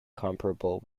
comparable